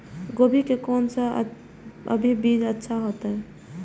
गोभी के कोन से अभी बीज अच्छा होते?